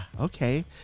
okay